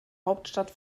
hauptstadt